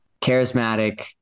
charismatic